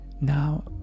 now